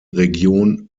region